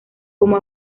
como